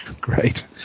Great